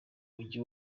mujyi